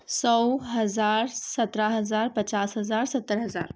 سو ہزار سترہ ہزار پچاس ہزار ستر ہزار